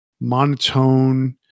monotone